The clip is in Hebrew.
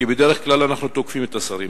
כי בדרך כלל אנחנו תוקפים את השרים,